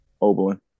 Oberlin